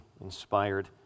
inspired